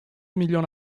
milyon